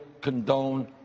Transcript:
condone